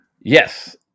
Yes